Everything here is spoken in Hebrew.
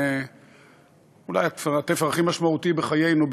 אולי התפר הכי משמעותי בחיינו,